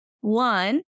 One